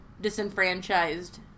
disenfranchised